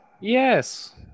Yes